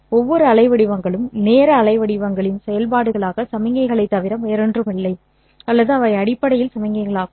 ஒவ்வொரு அலைவடிவங்களும் நேர அலைவடிவங்களின் செயல்பாடுகளாக சமிக்ஞைகளைத் தவிர வேறொன்றுமில்லை அல்லது அவை அடிப்படையில் சமிக்ஞைகளாகும்